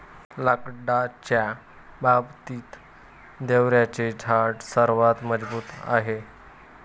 लाकडाच्या बाबतीत, देवदाराचे झाड सर्वात मजबूत आहे